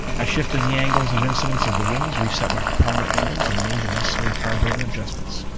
i shifted the angles of incidence of the wings, re-set my propeller angles and made the necessary carburetor adjustments,